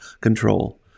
control